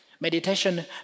Meditation